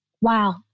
wow